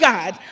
God